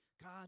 God